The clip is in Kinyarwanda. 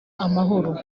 amahoro